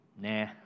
Nah